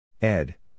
Ed